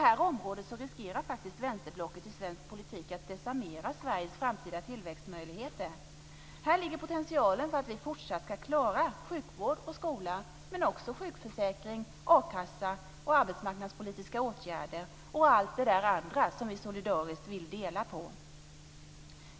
Vänsterblocket i svensk politik riskerar att desarmera Sveriges framtida tillväxtmöjligheter på detta område. Här ligger potentialen för att vi fortsatt ska klara sjukvård och skola men också sjukförsäkring, akassa, arbetsmarknadspolitiska åtgärder och allt det andra vi solidariskt vill dela på.